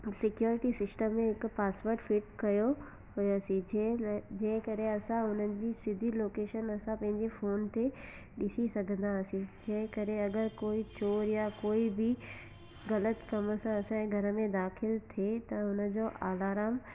security system जो हिकु password fit कयो हुयोसि जेंहिं लाइ जेंहिं करे असां हुननि जी सिधी लोकेशन असां पंहिंजे फोन ते ॾिसी सघंदा हुआसीं जंहिं करे अगरि कोइ चोर या कोइ बि ग़लतु कमु सां असांजे घर में दाखिल थिए त उन जो अलारम